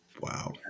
Wow